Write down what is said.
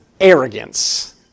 arrogance